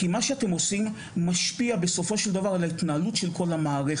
כי מה שאתם עושים משפיע בסופו של דבר על ההתנהלות של כל המערכת.